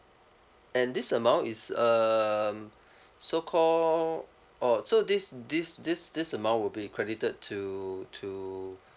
and this amount is um so call oh so this this this this amount will be credited to to